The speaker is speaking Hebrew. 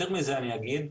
יותר מזה אני אגיד,